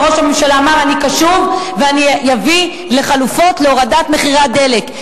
וראש הממשלה אמר: אני קשוב ואני אביא לחלופות להורדת מחירי הדלק.